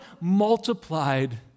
multiplied